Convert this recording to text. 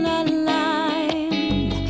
aligned